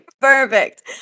Perfect